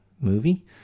movie